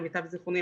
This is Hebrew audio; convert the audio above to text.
למיטב זיכרוני,